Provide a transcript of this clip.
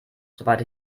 soweit